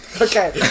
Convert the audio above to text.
okay